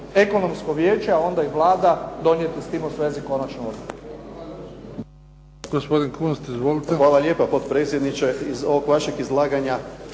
Ekonomsko vijeće a onda i Vlada donijeti s tim u svezi konačnu